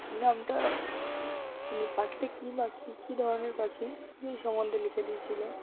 নামটা মানে পাখিটা কী পাখি কী ধরনের পাখি এই সম্বন্ধে লিখে দিয়েছিল